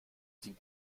sie